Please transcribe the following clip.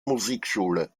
musikschule